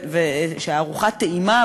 ושהארוחה טעימה,